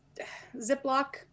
Ziploc